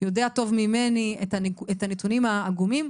יודע טוב ממני את הנתונים העגומים.